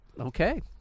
okay